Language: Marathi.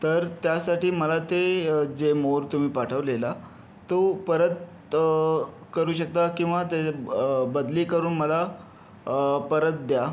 तर त्यासाठी मला ते जे मोर तुम्ही पाठवलेला तो परत करू शकता किंवा ते बदली करून मला परत द्या